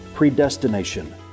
predestination